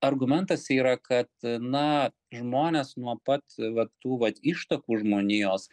argumentas yra kad na žmones nuo pat vat tų vat ištakų žmonijos